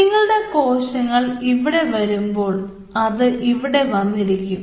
നിങ്ങടെ കോശങ്ങൾ ഇവിടെ വരുമ്പോൾ അത് ഇവിടെ വന്നിരിക്കും